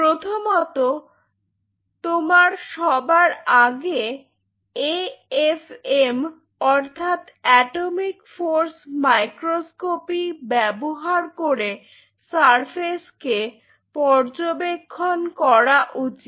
প্রথমত তোমার সবার আগে এ এফ এম অর্থাৎ এটমিক ফোর্স মাইক্রোস্কপি ব্যবহার করে সারফেস কে পর্যবেক্ষণ করা উচিত